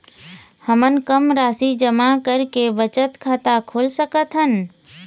हमन कम राशि जमा करके बचत खाता खोल सकथन?